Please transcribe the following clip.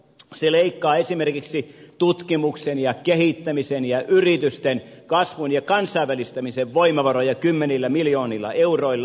se leikkaa esimerkiksi tutkimuksen ja kehittämisen ja yritysten kasvun ja kansainvälistämisen voimavaroja kymmenillä miljoonilla euroilla